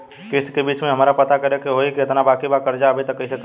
किश्त के बीच मे हमरा पता करे होई की केतना बाकी बा कर्जा अभी त कइसे करम?